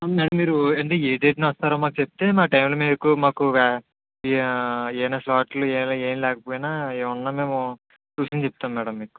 madam మీరు అంటే ఏ డేట్ న వస్తారో మాకు చెప్తే మా టైమ్ లో మీకు మాకు వాన్ ఏమన్నా స్లాట్లు ఏమీ లేకపోయినా ఏమున్నా మేము మేము చూసుకుని చెప్తాము మ్యాడమ్ మీకు